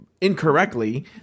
incorrectly